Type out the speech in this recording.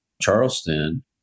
Charleston